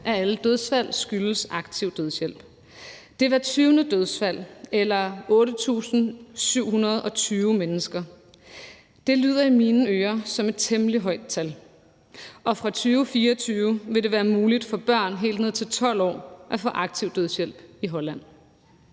af alle dødsfald skyldes aktiv dødshjælp. Det er hver 20. dødsfald eller 8.720 mennesker. Det lyder i mine ører som et temmelig højt tal. Og fra 2024 vil det være muligt for børn helt ned til 12 år at få aktiv dødshjælp i Holland.